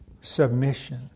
Submission